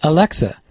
Alexa